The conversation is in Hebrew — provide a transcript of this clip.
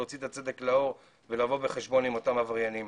להוציא את הצדק לאור ולבוא חשבון עם אותם עבריינים.